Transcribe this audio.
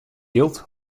jild